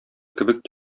кебек